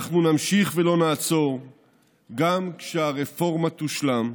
אנחנו נמשיך ולא נעצור גם כשהרפורמה תושלם,